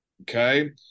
Okay